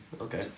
Okay